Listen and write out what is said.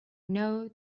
know